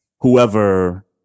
whoever